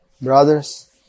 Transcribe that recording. brothers